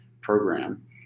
program